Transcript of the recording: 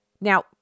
Now